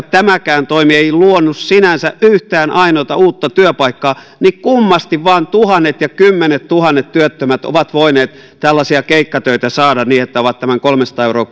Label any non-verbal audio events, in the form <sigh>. <unintelligible> tämäkään toimi ei luonut sinänsä yhtään ainoata uutta työpaikkaa niin kummasti vain tuhannet ja kymmenettuhannet työttömät ovat voineet keikkatöitä saada niin että ovat tämän kolmesataa euroa <unintelligible>